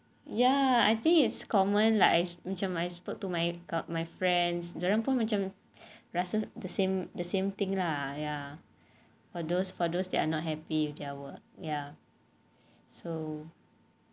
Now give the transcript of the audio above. ya I think it's common like macam I spoke to my kawan my friends dia orang pun macam rasa the same the same thing lah ya but those for those that are not happy with their work ya so